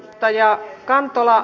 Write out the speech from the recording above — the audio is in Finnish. kaija rantala